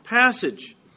passage